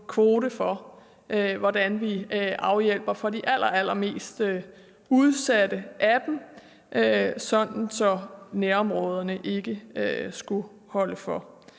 kvote for, hvordan vi afhjælper det for de allerallermest udsatte af dem, sådan at nærområderne ikke skulle holde for.